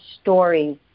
stories